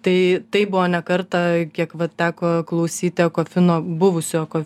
tai tai buvo ne kartą kiek vat teko klausyti ekofino buvusio eko